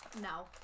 No